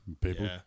People